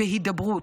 בהידברות,